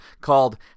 called